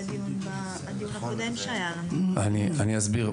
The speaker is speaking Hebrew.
אני אסביר.